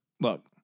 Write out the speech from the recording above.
Look